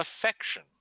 affection